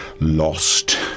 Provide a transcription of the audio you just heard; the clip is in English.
lost